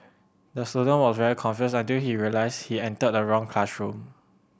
the student was very confused until he realized he entered the wrong classroom